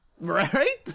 Right